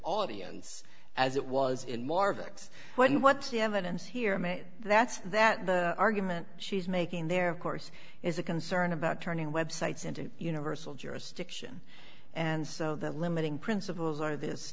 audience as it was in marvet what's the evidence here that's that argument she's making there of course is a concern about turning websites into universal jurisdiction and so they're limiting principles are this